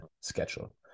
schedule